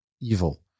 evil